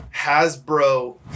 Hasbro